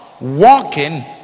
walking